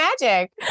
magic